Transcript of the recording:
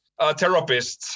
therapists